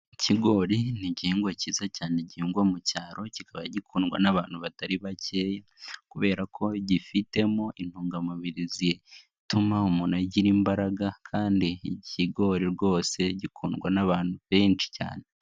Ikigori ni igihingwa cyiza cyane gihingwa mu cyaro, kikaba gikundwa n'abantu batari bakeya kubera ko cyifitemo intungamubiri zituma umuntu agira imbaraga kandi ikigori rwose gikundwa n'abantu benshi cyane.